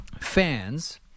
fans